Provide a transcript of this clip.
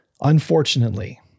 Unfortunately